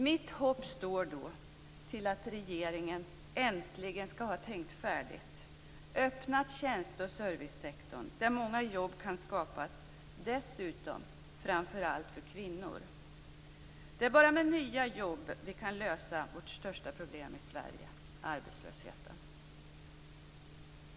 Mitt hopp står till att regeringen äntligen skall ha tänkt färdigt och skall öppna tjänste och servicesektorn, där många jobb kan skapas, dessutom framför allt för kvinnor. Det är bara med nya jobb som vi kan lösa vårt största problem i Sverige, arbetslösheten.